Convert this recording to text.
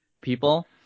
people